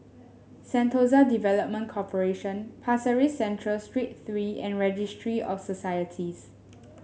Sentosa Development Corporation Pasir Ris Central Street Three and Registry of Societies